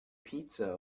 pizza